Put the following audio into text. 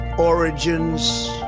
origins